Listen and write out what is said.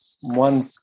one